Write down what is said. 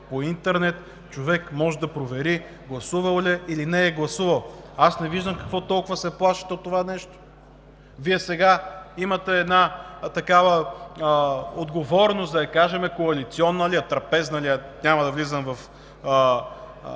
по интернет човек може да провери гласувал ли е, или не е гласувал. Аз не виждам какво толкова се плашите от това нещо. Вие сега имате една такава отговорност – да кажем коалиционна ли е, трапезна ли е към ГЕРБ, няма да влизам в